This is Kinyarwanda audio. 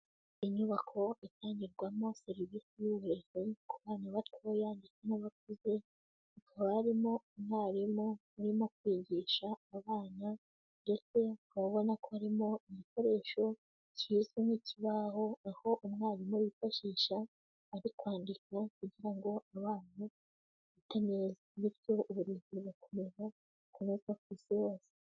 Inyubako itangirwamo serivisi y'uburezi ku bana batoya ndetse n'abakuze, hakaba barimo umwarimu urimo kwigisha abana, ndetse ukaba ubona ko harimo igikoresho kizwi nk'ikibaho, aho umwarimu yifashisha, ari kwandika kugira ngo abana bafate neza. Bityo uburezi bugakomeza kunozwa ku isi yose.